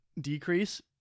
decrease